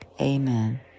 Amen